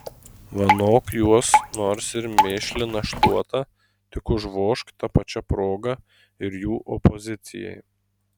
vanok juos nors ir mėšlina šluota tik užvožk ta pačia proga ir jų opozicijai